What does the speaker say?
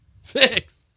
Six